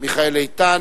מיכאל איתן.